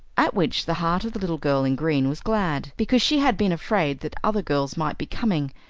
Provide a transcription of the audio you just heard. at which the heart of the little girl in green was glad, because she had been afraid that other girls might be coming,